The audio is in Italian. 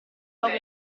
luogo